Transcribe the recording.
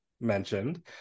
mentioned